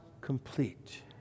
complete